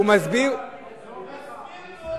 אלו העובדות בבית-ספרך.